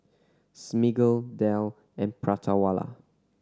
Smiggle Dell and Prata Wala